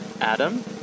Adam